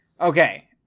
Okay